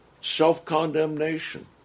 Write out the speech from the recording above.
self-condemnation